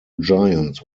giants